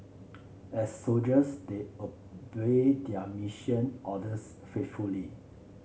as soldiers they obeyed their mission orders faithfully